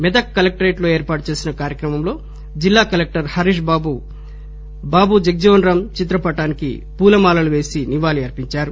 Medak collectorate లో ఏర్పాటుచేసిన కార్యక్రమంలో జిల్లాకలెక్టర్ హరీష్ బాబూ జగజ్లీవన్ రామ్ చిత్రపటానికి పూలమాలలు పేసి నివాళులర్పించారు